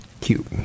cute